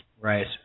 Right